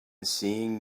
seeing